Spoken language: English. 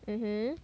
mmhmm